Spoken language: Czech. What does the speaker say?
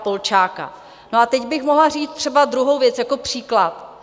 No a teď bych mohla říct třeba druhou věc jako příklad.